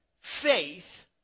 faith